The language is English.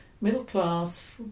middle-class